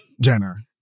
Jenner